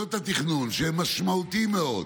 שבמוסדות התכנון, שהם משמעותיים מאוד,